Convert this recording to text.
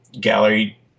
gallery